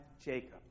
Jacob